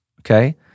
Okay